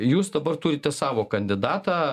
jūs dabar turite savo kandidatą